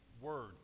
word